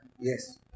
Yes